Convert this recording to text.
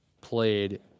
played